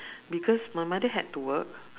because my mother had to work